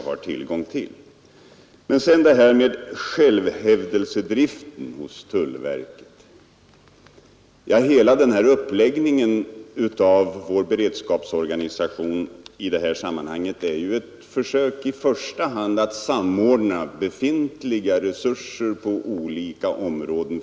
Vad sedan tullverkets självhävdelsedrift beträffar är ju hela uppläggningen av vår beredskapsorganisation ett försök att i första hand samordna och utnyttja befintliga resurser på olika områden.